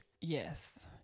Yes